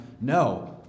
no